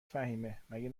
فهیمهمگه